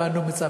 כפי שאנו מצפים.